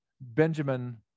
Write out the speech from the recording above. Benjamin